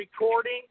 recording